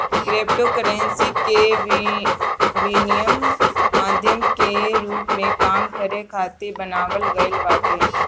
cryptocurrency के विनिमय माध्यम के रूप में काम करे खातिर बनावल गईल बाटे